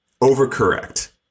overcorrect